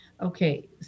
Okay